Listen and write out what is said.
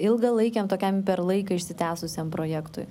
ilgalaikiam tokiam per laiką išsitęsusiam projektui